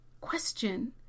question